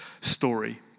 story